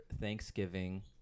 thanksgiving